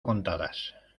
contadas